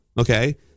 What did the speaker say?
Okay